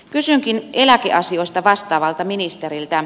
kysynkin eläkeasioista vastaavalta ministeriltä